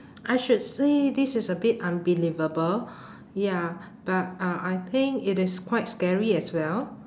I should say this is a bit unbelievable ya but uh I think it is quite scary as well